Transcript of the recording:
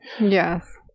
yes